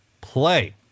play